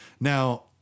Now